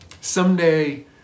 Someday